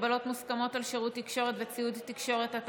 (הגבלות מוסכמות על שירות תקשורת וציוד תקשורת),